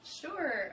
Sure